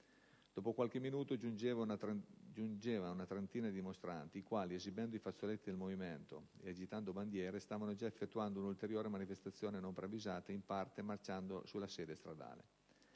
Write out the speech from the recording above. Dopo qualche minuto, giungeva una trentina di dimostranti, i quali, esibendo i fazzoletti del Movimento e agitando bandiere, stavano già effettuando un'ulteriore manifestazione non preavvisata, in parte marciando sulla sede stradale.